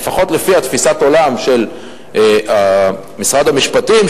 לפחות לפי תפיסת העולם של משרד המשפטים,